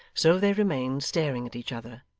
so they remained staring at each other,